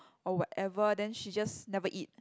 or whatever then she just never eat